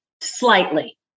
Slightly